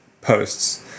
posts